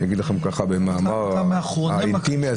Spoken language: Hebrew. במאמר אינטימי,